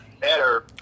better